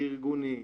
ארגוני,